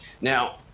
Now